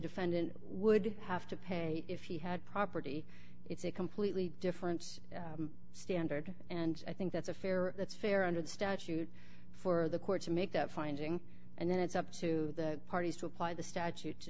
defendant would have to pay if he had property it's a completely different standard and i think that's a fair that's fair under the statute for the court to make that finding and then it's up to the parties to apply the statute to